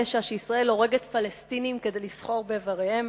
שישראל הורגת פלסטינים כדי לסחור באיבריהם,